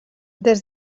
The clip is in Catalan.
des